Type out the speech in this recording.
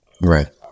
right